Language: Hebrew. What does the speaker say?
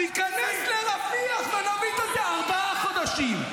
ניכנס לרפיח ונביא, ארבעה חודשים.